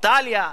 איטליה,